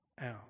out